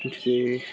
त्यस्तै